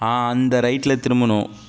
ஆ அந்த ரைட்டில் திரும்பணும்